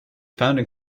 founding